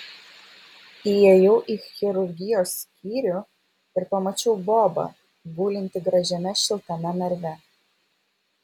įėjau į chirurgijos skyrių ir pamačiau bobą gulintį gražiame šiltame narve